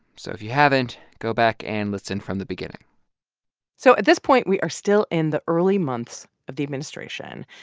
so if you haven't, go back and listen from the beginning so at this point, we are still in the early months of the administration.